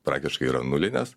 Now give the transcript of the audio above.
praktiškai yra nulinės